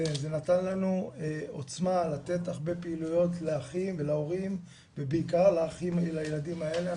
זה נתן לנו עוצמה לתת הרבה פעילויות לאחים ולהורים ובעיקר לילדים האלה.